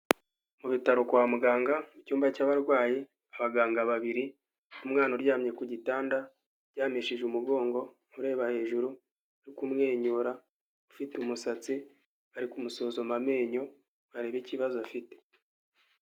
Mu bitaro kwa muganga, mu cyumba cy'abarwayi, abaganga babiri, umwana uryamye ku gitanda uryamishije umugongo, ureba hejuru, uri kumwenyura, ufite umusatsi, bari kumusuzuma amenyo barebe ikibazo afite.